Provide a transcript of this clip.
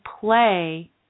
play